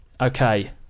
Okay